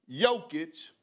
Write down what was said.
Jokic